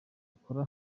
akora